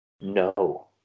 no